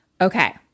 Okay